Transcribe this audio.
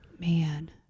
man